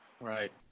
Right